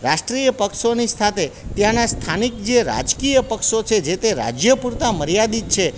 રાષ્ટ્રિય પક્ષોની સાથે ત્યાંનાં સ્થાનિક જે રાજકીય પક્ષો છે જેતે રાજ્ય પૂરતા મર્યાદિત છે